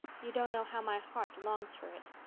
you don't know how my heart longs for it.